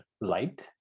light